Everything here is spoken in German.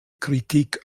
kritik